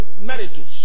meritus